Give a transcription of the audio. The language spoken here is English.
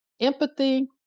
Empathy